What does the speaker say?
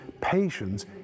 Patience